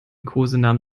kosenamen